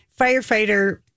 firefighter